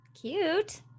cute